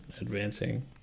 advancing